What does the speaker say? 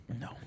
No